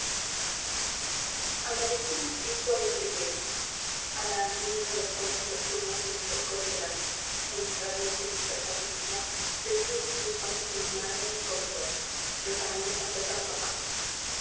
amanecía en pisco alegremente a la agonía de las sombras nocturnas en el frescor del alba en el radiante despertar de día sentíamos los pasos de mi madre en el comedor preparando el café para papá